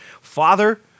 Father